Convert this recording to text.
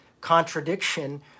contradiction